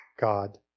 God